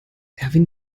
erwin